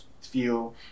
feel